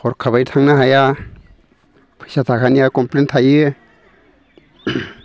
हरखाबै थांनो हाया फैसा थाखानिया कमफ्लेन थायो